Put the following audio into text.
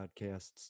podcasts